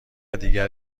دیگر